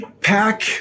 pack